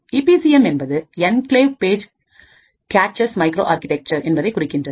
EB C M என்பது enclave page caches micro architecture என்பதனை குறிக்கின்றது